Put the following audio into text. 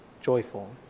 joyful